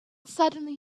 suddenly